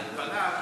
על פניה,